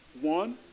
one